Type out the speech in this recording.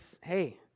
hey